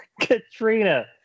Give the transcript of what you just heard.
Katrina